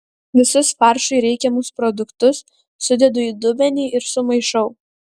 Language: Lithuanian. visus faršui reikiamus produktus sudedu į dubenį ir sumaišau